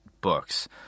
books